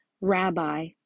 Rabbi